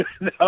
No